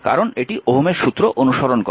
কারণ এটি ওহমের সূত্র অনুসরণ করে